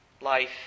life